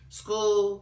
school